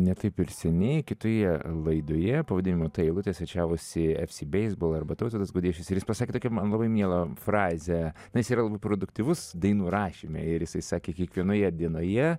ne taip ir seniai kitoje laidoje pavadinimu ta eilutė svečiavosi fc beisbol arba tautvydas gaudėšius ir jis pasakė tokią man labai mielą frazę na jis yra labai produktyvus dainų rašyme ir jisai sakė kiekvienoje dienoje